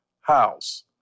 house